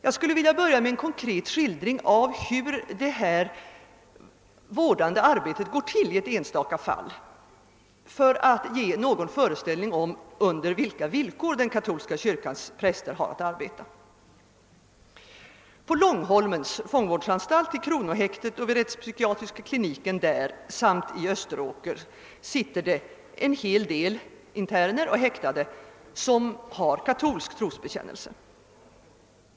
Jag skulle vilja börja med en konkret skildring av hur det vårdande arbetet går till i ett enstaka fall, för att därmed ge någon föreställning om på vilka villkor den katolska kyrkans präster har att arbeta. På Långholmens fångvårdsanstalt, i kronohäktet och vid rättspsykiatriska kliniken där samt i Österåker sitter det åtskilliga interner och häktade som har katolsk trosbekännelse.